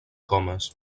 comes